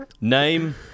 Name